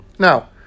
Now